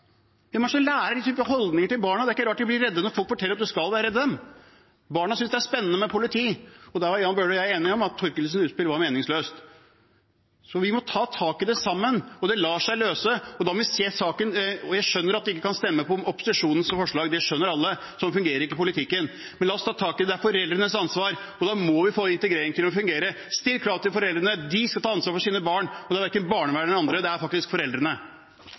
Det er ikke rart at de blir redde når folk forteller at de skal være redd dem. Barna synes det er spennende med politi. Der var Jan Bøhler og jeg enige om at Thorkildsens utspill var meningsløst. Vi må ta tak i dette sammen, og det lar seg løse. Jeg skjønner at vi ikke kan stemme for opposisjonens forslag – det skjønner alle, sånn fungerer ikke politikken – men la oss ta tak i dette. Det er foreldrenes ansvar, og da må vi få integreringen til å fungere. Still krav til foreldrene, de skal ta ansvar for sine barn – det skal verken barnevernet eller andre, det skal faktisk foreldrene.